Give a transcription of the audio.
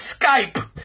Skype